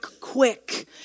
quick